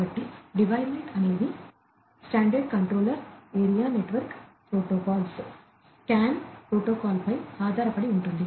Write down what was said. కాబట్టిడివైస్ net CAN ప్రోటోకాల్పై ఆధారపడి ఉంటుంది